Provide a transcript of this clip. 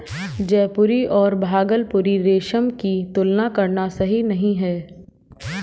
जयपुरी और भागलपुरी रेशम की तुलना करना सही नही है